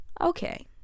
okay